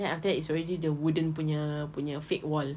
then after that is already the wooden punya punya fake wall